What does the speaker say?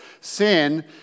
Sin